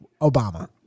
Obama